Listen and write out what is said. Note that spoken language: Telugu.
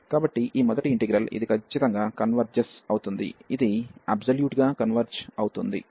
కాబట్టి ఈ మొదటి ఇంటిగ్రల్ ఇది ఖచ్చితంగా కన్వర్జ్ అవుతుంది ఇది అబ్సొల్యూట్ గా కన్వర్జ్ అవుతుంది